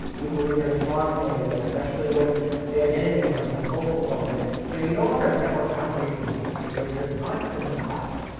we believe very strongly that especially when the identity becomes the focal point that, you know, you no longer have a network boundary anymore right, your your content is in the cloud,